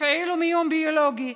הפעילו מיון ביולוגי,